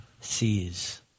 sees